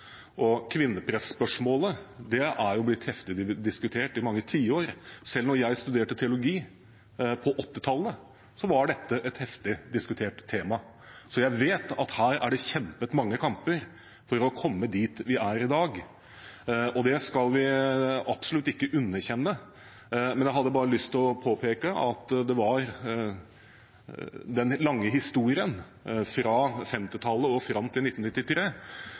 mange tiår. Selv da jeg studerte teologi på 1980-tallet, var dette et heftig diskutert tema. Så jeg vet at her er det kjempet mange kamper for å komme dit vi er i dag, og det skal vi absolutt ikke underkjenne, men det var den lange historien, fra 1950-tallet og fram til 1993,